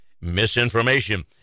misinformation